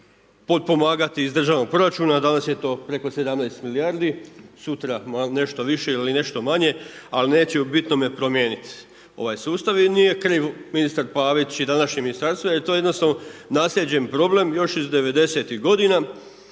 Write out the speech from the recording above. potpomagat iz državnog proračuna danas je to preko 17 milijardi, sutra nešto više ili nešto manje, ali neće u bitnome promijeniti ovaj sustav i nije kriv ministar Pavić i današnje Ministarstvo jer to je jednostavno naslijeđen problem još iz 90-tih godina